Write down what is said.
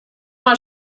mal